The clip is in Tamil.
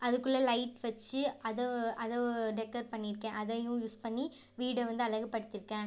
அதுக்குள்ளே லைட் வச்சு அதை அதை டெக்கர் பண்ணியிருக்கேன் அதையும் யூஸ் பண்ணி வீட வந்து அழகுப்படுத்திருக்கேன்